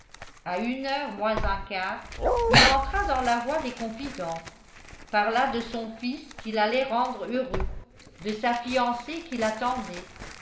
à une heure moins un quart il entra dans la voie des confidences parla de son fils qu'il allait rendre heureux de sa fiancée qui l'attendait